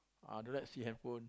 ah don't let see handphone